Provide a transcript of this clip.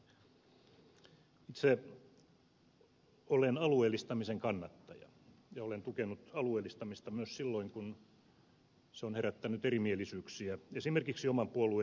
itse olen alueellistamisen kannattaja ja olen tukenut alueellistamista myös silloin kun se on herättänyt erimielisyyksiä esimerkiksi oman puolueeni sisällä